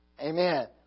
Amen